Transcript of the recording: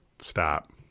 Stop